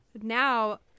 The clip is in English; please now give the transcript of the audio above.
now